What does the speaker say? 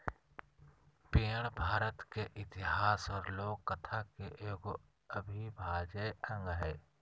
पेड़ भारत के इतिहास और लोक कथा के एगो अविभाज्य अंग हइ